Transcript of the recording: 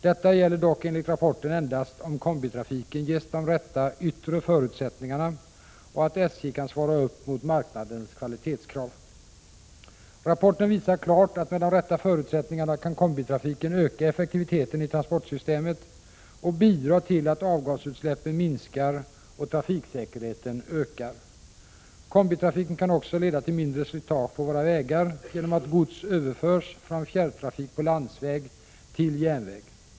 Detta gäller dock enligt rapporten endast om kombitrafiken ges de rätta yttre förutsättningarna och om SJ kan svara upp mot marknadens kvalitetskrav. Rapporten visar klart att med de rätta förutsättningarna kan kombitrafiken öka effektiviteten i transportsystemet och bidra till att avgasutsläppen minskar och trafiksäkerheten ökar. Kombitrafiken kan också leda till mindre slitage på våra vägar genom att gods överförs från fjärrtrafik på landsväg till järnväg.